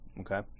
okay